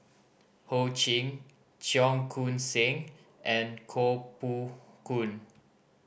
Ho Ching Cheong Koon Seng and Koh Poh Koon